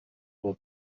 will